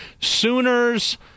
Sooners